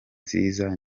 nziza